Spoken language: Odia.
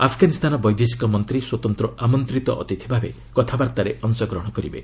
ଆଫଗାନିସ୍ତାନ ବୈଦେଶିକ ମନ୍ତ୍ରୀ ସ୍ୱତନ୍ତ୍ର ଆମନ୍ତିତ ଅତିଥି ଭାବେ କଥାବାର୍ତ୍ତାରେ ଅଂଶଗ୍ରହଣ କରିବେ